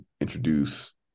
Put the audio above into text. introduce